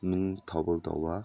ꯅꯨꯡ ꯊꯧꯒꯜ ꯇꯧꯕ